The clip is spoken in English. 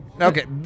Okay